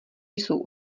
jsou